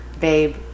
babe